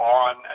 on